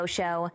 Show